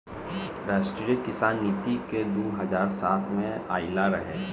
राष्ट्रीय किसान नीति दू हज़ार सात में आइल रहे